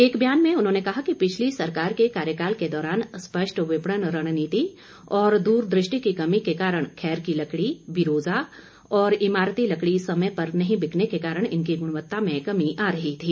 एक बयान में उन्होंने कहा कि पिछली सरकार के कार्यकाल के दौरान स्पष्ट विपणन रणनीति और दूरदृष्टि की कमी के कारण खैर की लकड़ी बिरोजा और इमारती लकड़ी समय पर नहीं बिकने के कारण इनकी गुणवत्ता में कमी आ रही थी